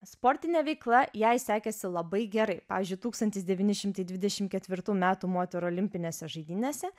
sportinė veikla jai sekėsi labai gerai pavyzdžiui tūkstantis devyni šimtai dvidešim ketvirtų metų moterų olimpinėse žaidynėse